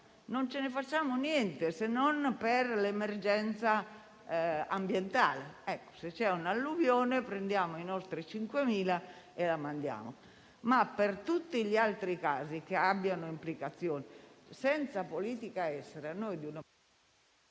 non ce ne facciamo niente, se non per l'emergenza ambientale: se c'è un alluvione, chiamiamo i nostri 5.000 militari. Ma per tutti gli altri casi che abbiano implicazioni, senza politica estera non